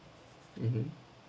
mmhmm